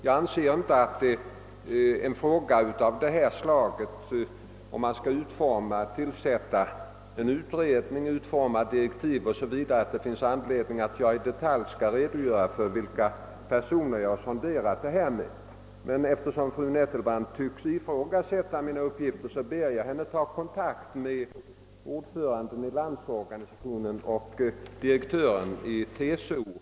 Jag anser inte att det, när man skall tillsätta en utredning och utforma direktiv för denna, finns anledning att i detalj redogöra för hos vilka personer man gjort sonderingar. Men eftersom fru Nettelbrandt tycks ifrågasätta riktigheten av mina uppgifter ber jag henne att ta kontakt med ordföranden i LO och direktören i TCO.